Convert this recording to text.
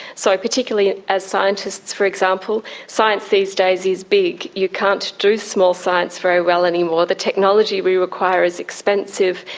so particularly as scientists, for example, science these days is big. you can't do small science very ah well anymore, the technology we require is expensive,